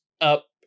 up